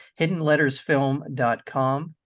hiddenlettersfilm.com